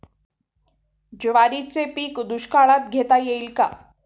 ज्वारीचे पीक दुष्काळात घेता येईल का?